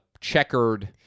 checkered